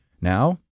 Now